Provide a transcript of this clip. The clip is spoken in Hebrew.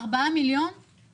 בסוף יציגו לנו.